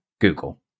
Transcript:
Google